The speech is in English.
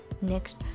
Next